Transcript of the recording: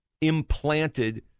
implanted